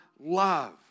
love